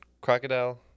Crocodile